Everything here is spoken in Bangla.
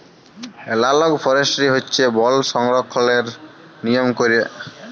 এলালগ ফরেস্টিরি হছে বল সংরক্ষলের লিয়ম ক্যইরে